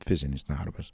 fizinis darbas